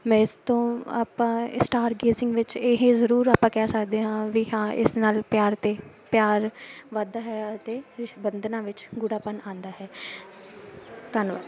ਮੈਂ ਇਸ ਤੋਂ ਆਪਾਂ ਸਟਾਰਗੇਜਿੰਗ ਵਿੱਚ ਇਹ ਜ਼ਰੂਰ ਆਪਾਂ ਕਹਿ ਸਕਦੇ ਹਾਂ ਵੀ ਹਾਂ ਇਸ ਨਾਲ ਪਿਆਰ ਅਤੇ ਪਿਆਰ ਵੱਧ ਹੈ ਅਤੇ ਰਿਸ ਬੰਧਨਾਂ ਵਿੱਚ ਗੂੜ੍ਹਾਪਣ ਆਉਂਦਾ ਹੈ ਧੰਨਵਾਦ